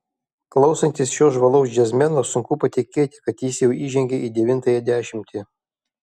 klausantis šio žvalaus džiazmeno sunku patikėti kad jis jau įžengė į devintąją dešimtį